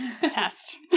test